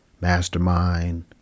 mastermind